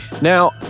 Now